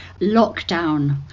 lockdown